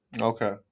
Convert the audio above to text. Okay